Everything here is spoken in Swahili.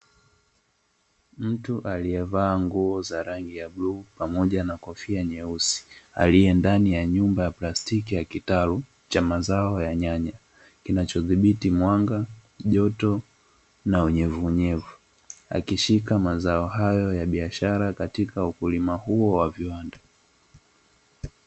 Mtu aliyevaa nguo za rangi ya bluu pamoja na kofia nyeusi, aliyendani ya nyumba ya plastiki ya kitalu cha mazao ya nyanya, kinachothibiti: mwanga, joto na unyevunyevu. Akishika mazao hayo ya biashara katika ukulima huo wa viwanda.